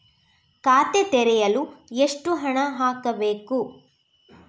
ಖಾತೆ ತೆರೆಯಲು ಎಷ್ಟು ಹಣ ಹಾಕಬೇಕು?